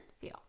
feel